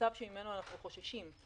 המצב שממנו אנחנו חוששים,